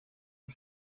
mit